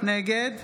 נגד